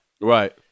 Right